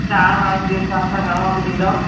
चारि माण्हूनि जे हिसाब सां घणों अघि ॾींदव